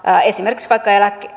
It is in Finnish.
esimerkiksi vaikka